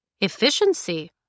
Efficiency